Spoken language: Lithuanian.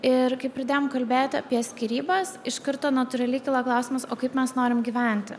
ir kai pradėjom kalbėti apie skyrybas iš karto natūraliai kyla klausimas o kaip mes norim gyventi